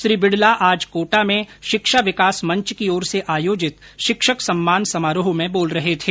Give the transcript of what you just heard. श्री बिडला आज कोटा में शिक्षा विकास मंच की ओर से आयोजित शिक्षक सम्मान समारोह में बोल रहे थे